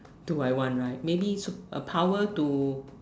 do I want right maybe superpower to